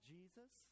Jesus